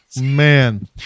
man